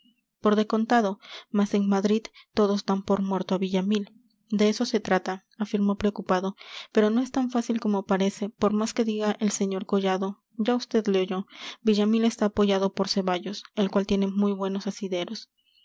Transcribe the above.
de contado mas en madrid todos dan por muerto a villamil de eso se trata afirmó preocupado pero no es tan fácil como parece por más que diga el sr collado ya vd le oyó villamil está apoyado por ceballos el cual tiene muy buenos asideros